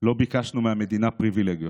לא ביקשנו מהמדינה פריבילגיות,